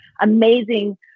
amazing